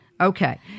Okay